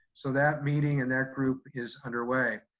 so that meeting and that group is underway.